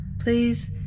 please